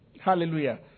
hallelujah